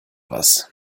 was